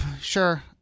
sure